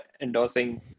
endorsing